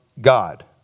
God